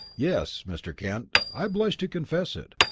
yes, mr. kent. i blush to confess it,